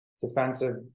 defensive